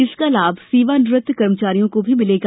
इसका लाभ सेवानिवृत्त कर्मचारियों को भी मिलेगा